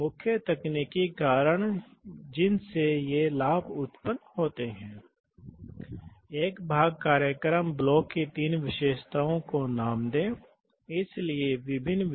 लेकिन अगर आपको ज़रूरत है अगर आपके पास एक एयर पायलट है तो हमें एक I से P कनवर्टर की आवश्यकता हो सकती है जो सभी की आवश्यकता है